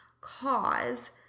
cause